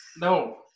No